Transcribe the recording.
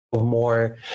more